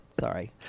Sorry